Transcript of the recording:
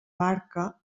barca